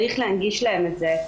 צריך להנגיש להם את זה.